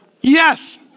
Yes